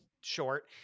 short